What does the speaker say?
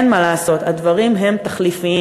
אין מה לעשות, הדברים הם תחליפיים.